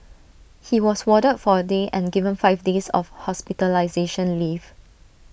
he was warded for A day and given five days of hospitalisation leave